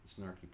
Snarky